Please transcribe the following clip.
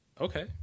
Okay